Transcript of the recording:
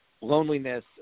loneliness